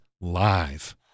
live